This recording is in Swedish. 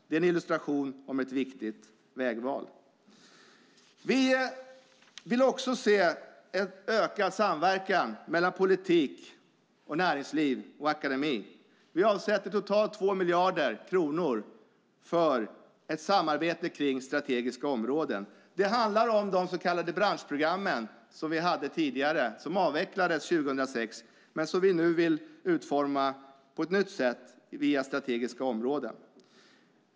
Det är en illustration av ett viktigt vägval. Vi vill också se en ökad samverkan mellan politik, näringsliv och akademi. Vi avsätter totalt 2 miljarder kronor för ett samarbete kring strategiska områden. Det handlar om de så kallade branschprogrammen som vi hade tidigare, som avvecklades 2006 men som vi nu vill utforma på ett nytt sätt via strategiska områden.